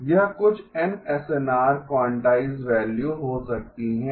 यह कुछ n SNR quantise value हो सकती हैं